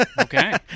Okay